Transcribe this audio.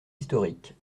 historique